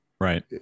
right